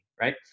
right